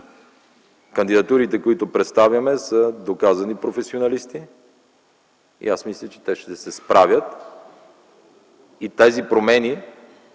Кандидатурите, които представяме, са доказани професионалисти и аз мисля, че те ще се справят и тези промени